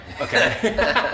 Okay